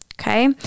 Okay